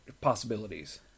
possibilities